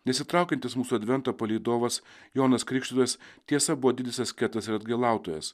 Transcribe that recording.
nesitraukiantis mūsų advento palydovas jonas krikštytojas tiesa buvo didis asketas ir atgailautojas